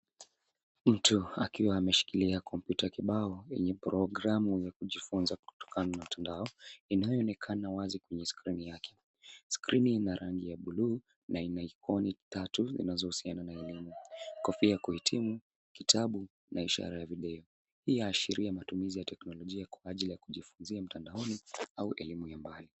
Mtu akiwa ameshikilia kompyuta kibao yenye programu na kujifunza kutokana na mtandao, inayoonekana wazi kwenye skrini yake. Skrini ina rangi ya buluu na maikoni tatu inazohusiana na elimu. Kofia ya kuhitimu, kitabu na ishara ya video. Hii inaashiria matumizi ya kiteknolojia kwa ajili ya kujifunzia mtandaoni au elimu ya mbali.